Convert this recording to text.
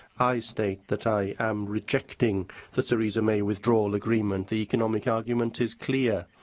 i state that i am rejecting the theresa may withdrawal agreement. the economic argument is clear.